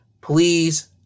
Please